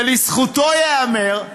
ולזכותו ייאמר,